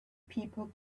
people